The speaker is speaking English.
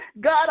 God